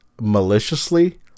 Maliciously